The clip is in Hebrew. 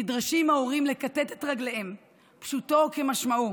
נדרשים ההורים לכתת את רגליהם, פשוטו כמשמעו,